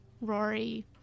Rory